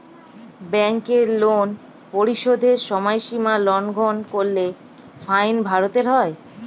ব্যাংকের লোন পরিশোধের সময়সীমা লঙ্ঘন করলে ফাইন ভরতে হয়